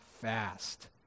fast